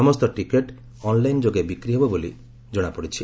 ସମସ୍ତ ticket online ଯୋଗେ ବିକ୍ରି ହେବ ବୋଲି ଜଣାପଡ଼ିଛି